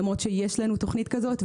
למרות שיש לנו תוכנית כזאת,